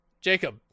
Jacob